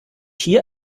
hier